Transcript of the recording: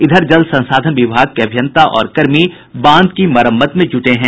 इधर जल संसाधन विभाग के अभियंता और कर्मी बांध की मरम्मत में जूटे हैं